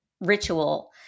ritual